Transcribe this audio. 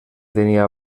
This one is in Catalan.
tenia